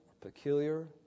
peculiar